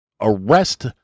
arrest